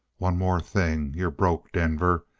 one more thing. you're broke, denver.